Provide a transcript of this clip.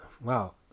Wow